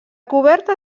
coberta